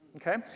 okay